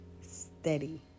steady